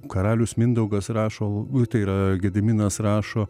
karalius mindaugas rašo tai yra gediminas rašo